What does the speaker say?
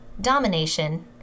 domination